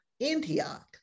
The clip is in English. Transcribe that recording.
Antioch